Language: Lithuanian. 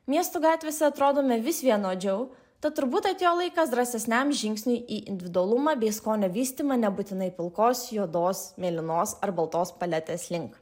miestų gatvėse atrodome vis vienodžiau tad turbūt atėjo laikas drąsesniam žingsniui į individualumą bei skonio vystymą nebūtinai pilkos juodos mėlynos ar baltos paletės link